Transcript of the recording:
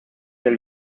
del